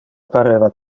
pareva